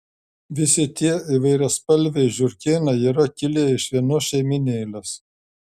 visi tie įvairiaspalviai žiurkėnai yra kilę iš vienos šeimynėlės